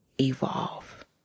evolve